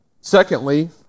Secondly